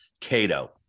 Cato